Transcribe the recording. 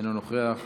אינו נוכח,